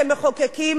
כמחוקקים,